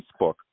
Facebook